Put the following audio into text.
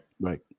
Right